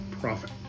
profit